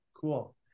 Cool